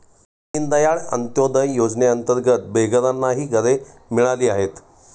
दीनदयाळ अंत्योदय योजनेअंतर्गत बेघरांनाही घरे मिळाली आहेत